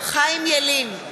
חיים ילין,